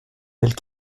belle